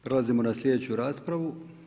Prelazimo na sljedeću raspravu.